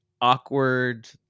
awkward